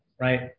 right